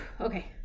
Okay